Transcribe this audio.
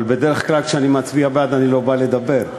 אבל בדרך כלל כשאני מצביע בעד אני לא בא לדבר,